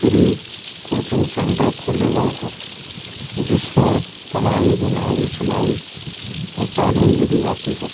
free coaching centre کھولے گئے ہیں جس میں کڑھائی بنائی سلائی اور تعلیم بھی دی جاتی ہے